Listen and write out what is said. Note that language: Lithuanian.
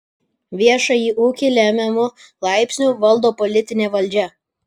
viešąjį ūkį lemiamu laipsniu valdo politinė valdžia